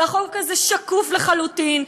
והחוק הזה שקוף לחלוטין.